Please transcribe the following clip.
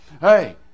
hey